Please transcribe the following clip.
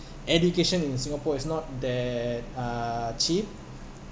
education in singapore is not that uh cheap